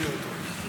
נראה אותו,